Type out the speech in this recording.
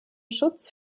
schutz